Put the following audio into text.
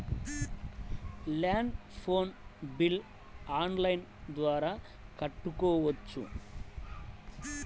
Land phone bill online ద్వారా కట్టుకోవచ్చు?